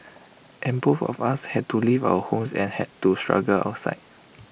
and both of us had to leave our homes and had to struggle outside